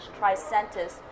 Tricentis